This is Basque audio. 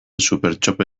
supertxope